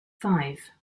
five